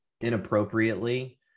inappropriately